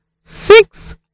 six